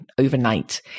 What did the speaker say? overnight